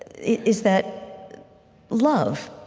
is that love.